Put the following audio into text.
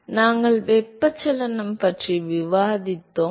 எனவே நாங்கள் வெப்பச்சலனம் பற்றி விவாதித்தோம்